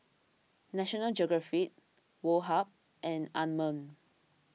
National Geographic Woh Hup and Anmum